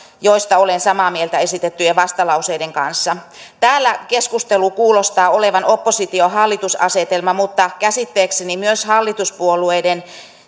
joista olen samaa mieltä esitettyjen vastalauseiden kanssa täällä keskustelu kuulostaa olevan oppositio hallitus asetelman mukainen mutta käsittääkseni myös hallituspuolueiden